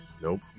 nope